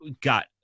got